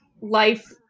life